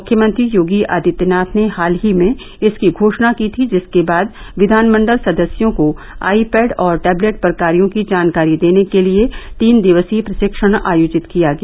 मुख्यमंत्री योगी आदित्यनाथ ने हाल ही में इसकी घोषणा की थी जिसके बाद विधानमण्डल सदस्यों को आई पैड और टैबलेट पर कार्यों की जानकारी देने के लिये तीन दिवसीय प्रशिक्षण आयोजित किया गया